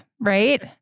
right